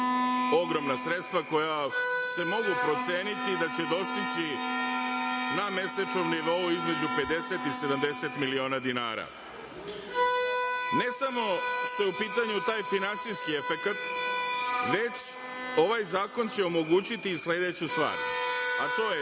ogromna sredstva koja se mogu proceniti da će dostići na mesečnom nivou između 50 i 70 miliona dinara. Ne samo što je u pitanju taj finansijski efekat, već ovaj zakon će omogućiti i sledeću stvar, a to je